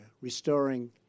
Restoring